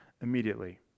immediately